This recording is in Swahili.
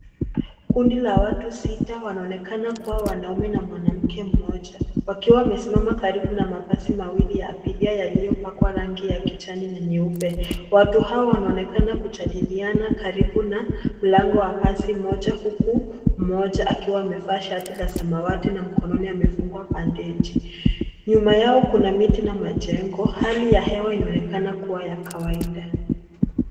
Kundi la watu sita wanaonekana kuwa mwanaume na mwanamke mmoja wakiwa wamesimama karibu na mabasi mawili ya abiria yaliyopakwa rangi ya kijani na nyeupe. Watu hawa wanaonekana kujadiliana karibu na mlango wa basi mmoja, huku mmoja akiwa amevaa shati la samawati na mkononi amefungwa bandeji. Nyuma yao kuna miti na majengo. Hali ya hewa inaonekana kuwa ya kawaida.